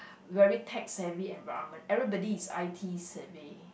very tech savvy environment everybody is i_t survey